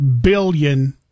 billion